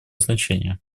значение